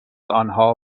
آنها